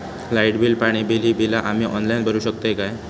Light bill, पाणी bill, ही बिला आम्ही ऑनलाइन भरू शकतय का?